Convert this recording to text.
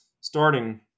Starting